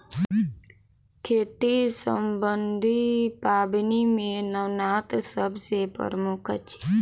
खेती सम्बन्धी पाबनि मे नवान्न सभ सॅ प्रमुख अछि